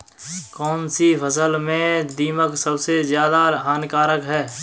कौनसी फसल में दीमक सबसे ज्यादा हानिकारक है?